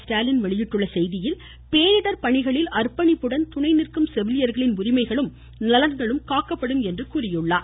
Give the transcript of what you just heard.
ஸ்டாலின் வெளியிட்டுள்ள செய்தியில் பேரிடர் பணிகளில் அர்ப்பணிப்புடன் துணை நிந்கும் செவிலியர்களின் உரிமைகளும் நலன்களும் காக்கப்படும் என்று கூறியுள்ளார்